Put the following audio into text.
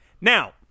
Now